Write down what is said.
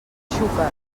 xúquer